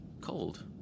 cold